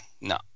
no